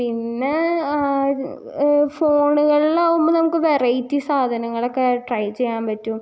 പിന്നേ ഫോണുളിലാവുമ്പോൾ നമുക്ക് വെറൈറ്റി സാധങ്ങളൊക്കെ ട്രൈ ചെയ്യാൻ പറ്റും